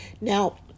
Now